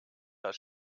das